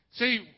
See